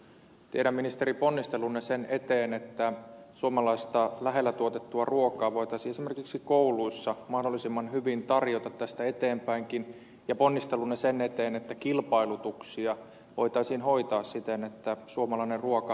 tiedän ministeri ponnistelunne sen eteen että suomalaista lähellä tuotettua ruokaa voitaisiin esimerkiksi kouluissa mahdollisimman hyvin tarjota tästä eteenpäinkin ja ponnistelunne sen eteen että kilpailutuksia voitaisiin hoitaa siten että suomalainen ruoka pärjää